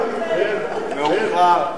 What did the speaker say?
49), התשע"א 2011,